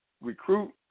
recruit